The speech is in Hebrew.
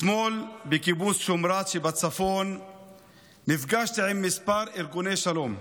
אתמול בקיבוץ שמרת שבצפון נפגשתי עם כמה ארגוני שלום.